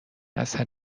اثر